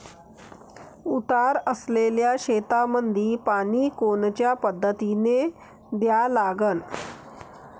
उतार असलेल्या शेतामंदी पानी कोनच्या पद्धतीने द्या लागन?